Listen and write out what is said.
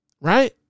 Right